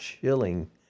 chilling